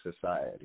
society